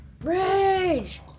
Rage